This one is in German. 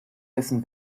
dessen